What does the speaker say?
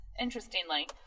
interestingly